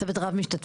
צוות רב משתתפים.